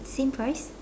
same price